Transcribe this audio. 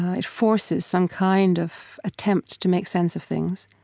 it forces some kind of attempt to make sense of things.